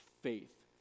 faith